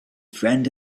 friend